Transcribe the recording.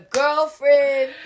girlfriend